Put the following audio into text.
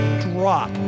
drop